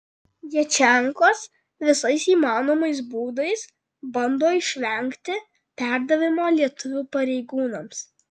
djačenkos visais įmanomais būdais bando išvengti perdavimo lietuvių pareigūnams